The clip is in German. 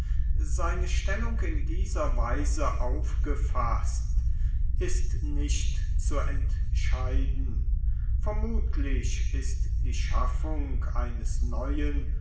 seine stellung in dieser weise aufgefaßt ist nicht zu entscheiden vermutlich ist die schaffung eines neuen